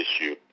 issue